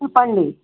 చెప్పండి